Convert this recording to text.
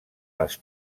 les